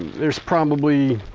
there's probably